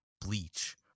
Bleach